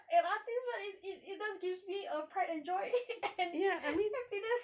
an artist right it it does gives me a pride and joy and happiness